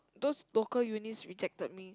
those local Unis rejected me